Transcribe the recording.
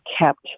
kept